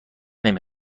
نمی